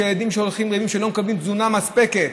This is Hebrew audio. שיש ילדים שלא מקבלים תזונה מספקת,